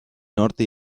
norte